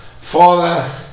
father